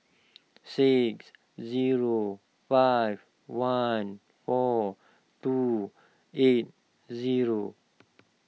six zero five one four two eight zero